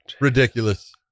ridiculous